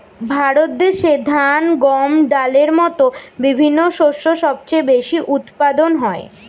ভারত দেশে ধান, গম, ডালের মতো বিভিন্ন শস্য সবচেয়ে বেশি উৎপাদন হয়